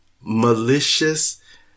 malicious